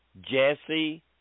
Jesse